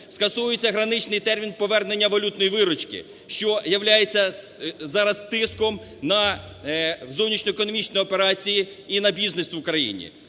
Скасовується граничний термін повернення валютної виручки, що являється зараз тиском на зовнішньоекономічні операції і на бізнес в Україні.